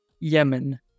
Yemen